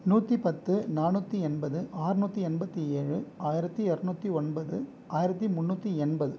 நூற்றி பத்து நானூற்றி எண்பது ஆற்நூற்றி எண்பத்தி ஏழு ஆயிரத்தி எட்நூற்றி ஒன்பது ஆயிரத்தி முன்னூற்றி எண்பது